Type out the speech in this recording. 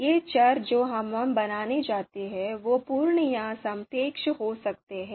ये चर जो हम बनाते हैं वे पूर्ण या सापेक्ष हो सकते हैं